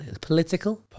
Political